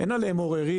שאין עליהם עוררין,